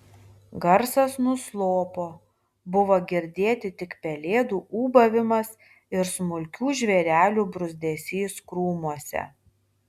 garsas nuslopo buvo girdėti tik pelėdų ūbavimas ir smulkių žvėrelių bruzdesys krūmuose